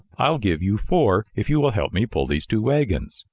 i'll give you four if you will help me pull these two wagons.